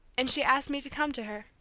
and she asked me to come to her.